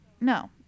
no